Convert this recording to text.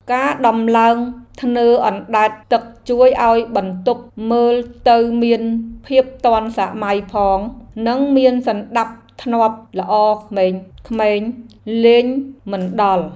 ការដំឡើងធ្នើរអណ្តែតទឹកជួយឱ្យបន្ទប់មើលទៅមានភាពទាន់សម័យផងនិងមានសណ្តាប់ធ្នាប់ល្អក្មេងៗលេងមិនដល់។